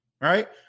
right